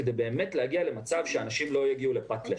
כדי להגיע למצב שאנשים לא יגיעו לפת לחם.